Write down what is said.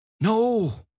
No